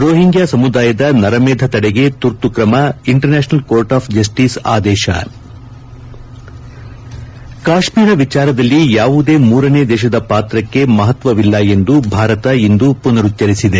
Rohingya ಸಮುದಾಯದ ನರಮೇಧ ತಡೆಗೆ ತುರ್ತು ಕ್ರಮ ಇಂಟರ್ನ್ನಾಷನಲ್ ಕೋರ್ಟ್ ಆಫ್ ಜಸ್ಲೀಸ್ ಆದೇಶ ಕಾಶ್ತೀರ ವಿಚಾರದಲ್ಲಿ ಯಾವುದೇ ಮೂರನೇ ದೇಶದ ಪಾತ್ರಕ್ಷೆ ಮಹತ್ವವಿಲ್ಲ ಎಂದು ಭಾರತ ಇಂದು ಪುನರುಚ್ದರಿಸಿದೆ